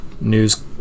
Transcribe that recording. news